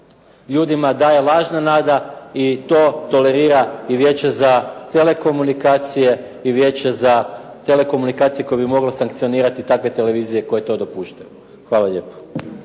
ljudima daje lažna nada i to tolerira i Vijeće za telekomunikacije, i Vijeće za telekomunikacije koje bi moglo sankcionirati takve televizije koje to dopuštaju. Hvala lijepa.